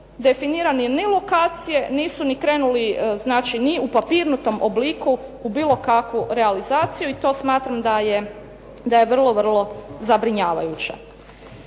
definirane ni lokacije, nisu ni krenuli znači ni u papirnatom obliku, u bilo kakvu realizaciju. I to smatram da je vrlo, vrlo zabrinjavajuća.